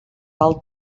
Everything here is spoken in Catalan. val